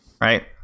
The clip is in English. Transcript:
right